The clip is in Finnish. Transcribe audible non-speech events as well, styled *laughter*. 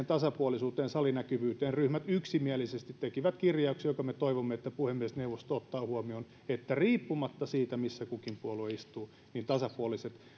*unintelligible* tasapuolisuudesta salinäkyvyydestä ryhmät yksimielisesti tekivät kirjauksen ja me toivomme että puhemiesneuvosto ottaa huomioon sen että riippumatta siitä missä kukin puolue istuu